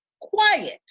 quiet